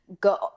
go